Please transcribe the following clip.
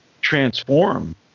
transform